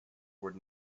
were